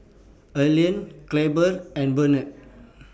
Elian Clabe and Brennon